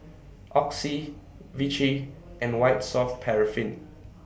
Oxy Vichy and White Soft Paraffin